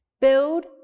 Build